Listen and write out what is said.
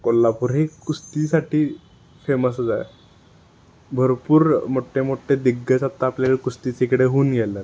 कोल्हापूर हे कुस्तीसाठी फेमसच आहे भरपूर मोठे मोठे दिग्गज आता आपल्या कुस्तीचे इकडे होऊन गेले आहेत